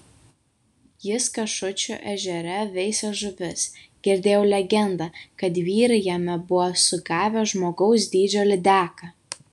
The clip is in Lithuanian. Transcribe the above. jis kašučių ežere veisė žuvis girdėjau legendą kad vyrai jame buvo sugavę žmogaus dydžio lydeką